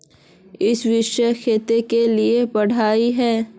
इ वर्षा खेत के लिए बढ़िया है?